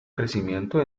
crecimiento